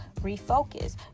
refocus